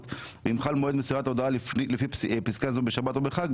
ואם חל מועד מסירת ההודעה לפי פסקה זו בשבת או בחג,